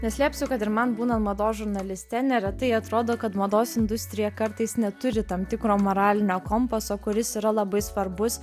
neslėpsiu kad ir man būnant mados žurnaliste neretai atrodo kad mados industrija kartais neturi tam tikro moralinio kompaso kuris yra labai svarbus